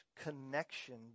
connection